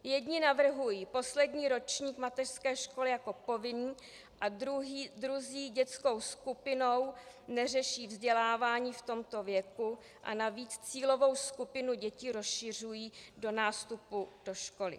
Jedni navrhují poslední ročník mateřské školy jako povinný a druzí dětskou skupinou neřeší vzdělávání v tomto věku a navíc cílovou skupinu dětí rozšiřují do nástupu do školy.